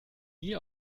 nie